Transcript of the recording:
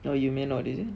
orh you may not is it